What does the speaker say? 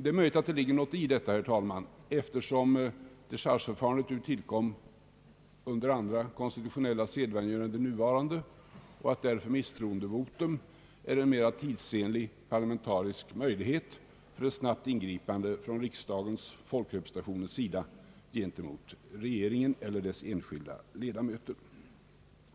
Det är möjligt att det ligger någonting i detta, herr talman, eftersom dechargeförfarandet tillkom under andra konstitutionella sedvänjor än de nuvarande och att därför misstroendevotum är en mera tidsenlig, parlamentarisk möjlighet för ett snabbt ingripande från riksdagens — folkrepresentationens — sida gentemot regeringen eller dess enskilda ledamöter.